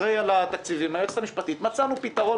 לאחראי על התקציבים וליועצת המשפטית ומצאנו פתרון